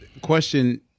question